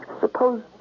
Suppose